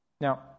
Now